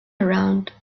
around